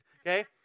Okay